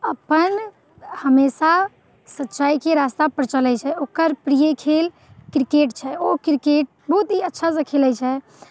अपन हमेशा सच्चाइके रास्तापर चलैत छै ओकर प्रिय खेल क्रिकेट छै ओ क्रिकेट बहुत ही अच्छासँ खेलैत छै